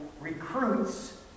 recruits